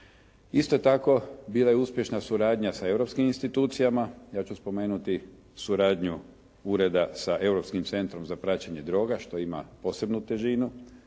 Isto tako, bila je uspješna suradnja sa europskim institucijama. Ja ću spomenuti suradnju ureda sa Europskim centrom za praćenje droga što ima posebnu težinu